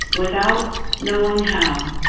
without knowing how.